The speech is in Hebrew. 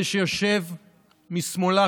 זה שיושב משמאלה,